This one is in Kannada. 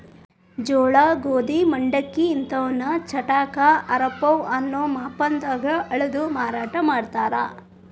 ಜೋಳ, ಗೋಧಿ, ಮಂಡಕ್ಕಿ ಇಂತವನ್ನ ಚಟಾಕ, ಆರಪೌ ಅನ್ನೋ ಮಾಪನ್ಯಾಗ ಅಳದು ಮಾರಾಟ ಮಾಡ್ತಾರ